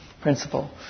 principle